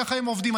ככה הם עובדים,